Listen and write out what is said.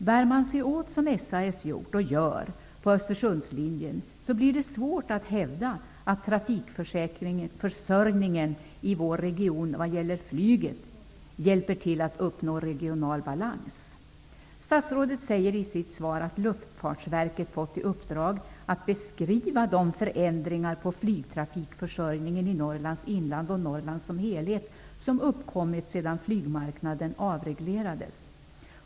Bär man sig åt som SAS gjort och gör på Östersundslinjen, blir det svårt att hävda att trafikförsörjningen i vår region vad gäller flyget hjälper oss att uppnå regional balans. Statsrådet säger i sitt svar att Luftfartsverket fått i uppdrag att beskriva de förändringar på flygtrafikförsörjningen i Norrlands inland och Norrland som helhet som uppkommit sedan flygmarknaden avreglerades.